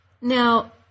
Now